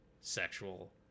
Sexual